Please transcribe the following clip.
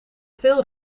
veel